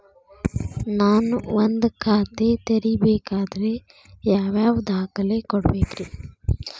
ನಾನ ಒಂದ್ ಖಾತೆ ತೆರಿಬೇಕಾದ್ರೆ ಯಾವ್ಯಾವ ದಾಖಲೆ ಕೊಡ್ಬೇಕ್ರಿ?